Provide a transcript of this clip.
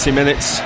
minutes